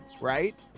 right